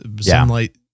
sunlight